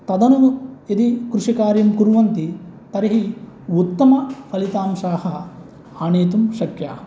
तदनु यदि कृषिकार्यं कुर्वन्ति तर्हि उत्तम फलितांशाः आनयतुं शक्याः